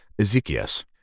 Ezekias